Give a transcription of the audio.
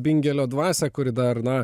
bingelio dvasią kuri dar na